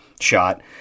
shot